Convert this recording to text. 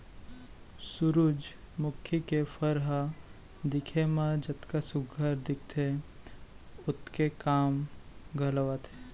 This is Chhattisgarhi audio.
सुरूजमुखी के फर ह दिखे म जतका सुग्घर दिखथे ओतके काम घलौ आथे